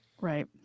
Right